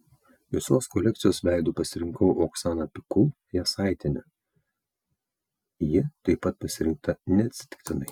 visos kolekcijos veidu pasirinkau oksaną pikul jasaitienę ji taip pat pasirinkta neatsitiktinai